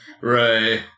Right